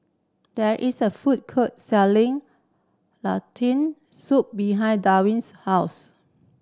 there is a food court selling Lentil Soup behind Dewitt's house